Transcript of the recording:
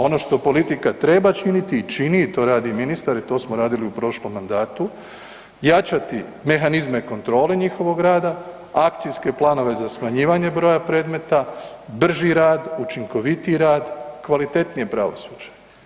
Ono što politika treba činiti i čini i to radi ministar, i to smo radili u prošlom mandatu, jačati mehanizme kontrole njihovog rada, akcijske planova za smanjivanje broja predmeta, brži rad, učinkovitiji rad, kvalitetnije pravosuđe.